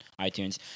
iTunes